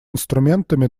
инструментами